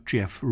Jeff